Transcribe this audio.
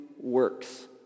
works